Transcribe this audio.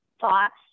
thoughts